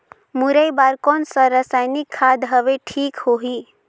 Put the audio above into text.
मुरई बार कोन सा रसायनिक खाद हवे ठीक होही?